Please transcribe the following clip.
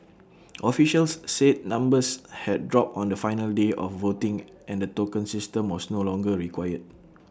officials said numbers had dropped on the final day of voting and the token system was no longer required